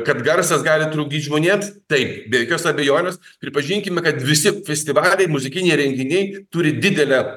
kad garsas gali trukdyt žmonėms taip be jokios abejonės pripažinkime kad visi festivaliai muzikiniai renginiai turi didelę